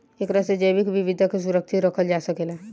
एकरा से जैविक विविधता के सुरक्षित रखल जा सकेला